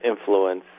influence